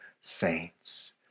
saints